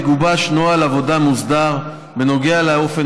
יגובש נוהל עבודה מוסדר בנוגע לאופן